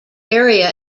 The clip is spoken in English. area